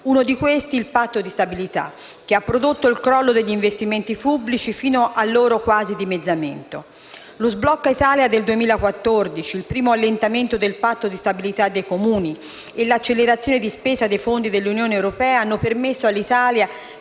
uno di questi è il Patto di stabilità, che ha prodotto il crollo degli investimenti pubblici, fino quasi al loro dimezzamento. Lo sblocca Italia 2014, il primo allentamento del Patto di stabilità dei Comuni e l'accelerazione di spesa dei fondi della Unione europea hanno permesso all'Italia,